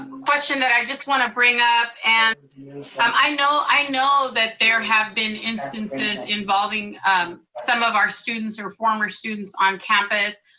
question that i just wanna bring up. and i know i know that there have been instances involving some of our students, or former students on campus.